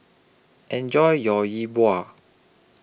Enjoy your Yi Bua